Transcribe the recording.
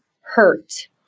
hurt